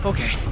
Okay